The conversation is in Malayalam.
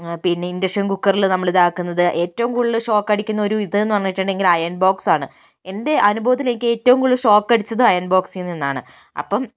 പിന്നെ ഇൻഡക്ഷൻ കുക്കറിൽ നമ്മള് ഇതാക്കുന്നത് ഏറ്റവും കൂടുതൽ ഷോക്കടിക്കുന്ന ഒരിത് എന്ന് പറഞ്ഞിട്ടുണ്ടെങ്കിൽ അയൺ ബോക്സ് ആണ് എൻ്റെ അനുഭവത്തിൽ എനിക്ക് ഏറ്റവും കൂടുതൽ ഷോക്കടിച്ചത് അയൺ ബോക്സിൽ നിന്നാണ് അപ്പം